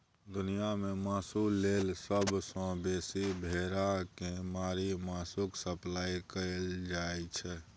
दुनियाँ मे मासु लेल सबसँ बेसी भेड़ा केँ मारि मासुक सप्लाई कएल जाइ छै